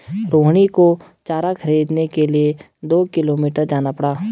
रोहिणी को चारा खरीदने के लिए दो किलोमीटर जाना पड़ा